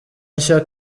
nshya